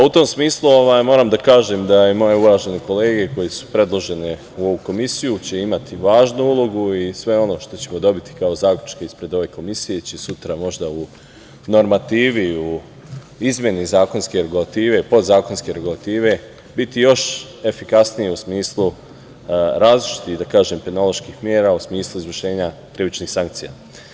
U tom smislu moram da kažem da moje uvažene kolege koje su predložene u ovu komisiju će imati važnu ulogu i sve ono što ćemo dobiti kao zaključak ispred ove komisije će sutra u normativi u izmeni zakonske regulative, podzakonske regulative, biti još efikasnije u smislu različitih penoloških mera u smislu izvršenja krivičnih sankcija.